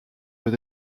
veut